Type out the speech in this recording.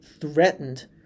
threatened